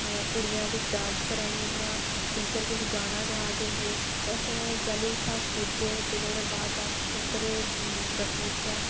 कुड़ियां किश डांस करा दियां हियां टीचर किश गाना गा दे हे असे जैलूं अस उत्थै पुज्जे ते नुआढ़े बाद अस उतरे बस बिचा